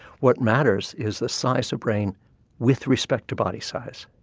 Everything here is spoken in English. what matters is the size of brain with respect to body size.